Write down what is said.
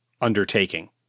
undertaking